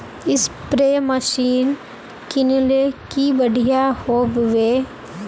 Spray machine किनले की बढ़िया होबवे?